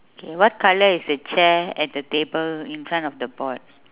okay what colour is the chair at the table in front of the board